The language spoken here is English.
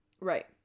Right